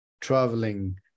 traveling